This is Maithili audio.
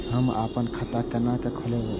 हम आपन खाता केना खोलेबे?